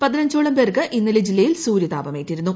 പതിനഞ്ചോളം പേർക്ക് ഇന്നലെ ജില്ലയിൽ സൂര്യാതാപം ഏറ്റിരുന്നു